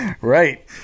Right